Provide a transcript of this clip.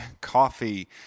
Coffee